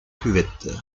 cuvette